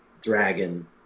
dragon